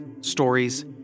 stories